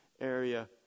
area